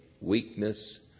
weakness